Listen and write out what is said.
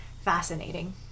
fascinating